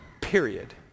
Period